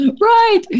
Right